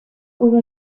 hubo